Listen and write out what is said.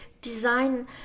design